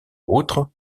autres